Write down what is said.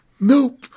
Nope